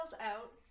out